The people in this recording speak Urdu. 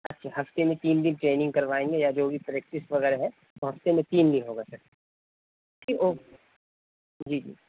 اچھا ہفتے میں تین دن ٹریننگ کروائیں گے یا جو بھی پریکٹس وغیرہ ہے وہ ہفتے میں تین دن ہوگا سر ٹھیک اوک جی جی